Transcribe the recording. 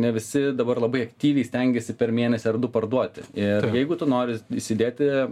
ne visi dabar labai aktyviai stengiasi per mėnesį ar du parduoti ir jeigu tu nori įsidėti